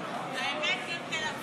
כן, תדאג